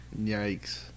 Yikes